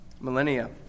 millennia